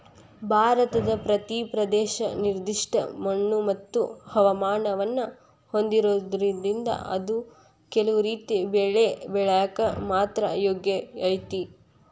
ಭಾರತದ ಪ್ರತಿ ಪ್ರದೇಶ ನಿರ್ದಿಷ್ಟ ಮಣ್ಣುಮತ್ತು ಹವಾಮಾನವನ್ನ ಹೊಂದಿರೋದ್ರಿಂದ ಅದು ಕೆಲವು ರೇತಿ ಬೆಳಿ ಬೆಳ್ಯಾಕ ಮಾತ್ರ ಯೋಗ್ಯ ಐತಿ